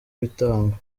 bitangwa